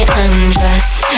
undress